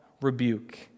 rebuke